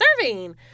serving